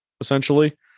essentially